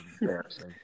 embarrassing